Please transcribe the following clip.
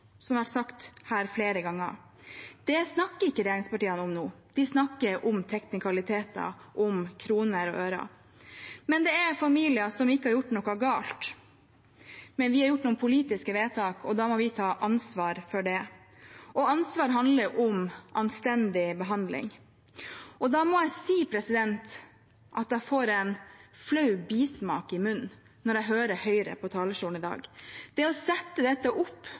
som det har vært sagt her flere ganger. Det snakker ikke regjeringspartiene om nå. De snakker om teknikaliteter, om kroner og øre. Det er familier som ikke har gjort noe galt, men vi har gjort noen politiske vedtak. Da må vi ta ansvar for det, og ansvar handler om anstendig behandling. Da må jeg si at jeg får en flau bismak i munnen når jeg hører Høyre på talerstolen i dag. Det å sette dette opp